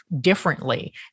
differently